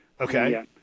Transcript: Okay